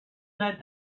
led